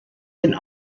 den